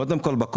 קודם כל,